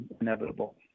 inevitable